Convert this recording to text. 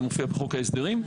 זה מופיע בחוק ההסדרים.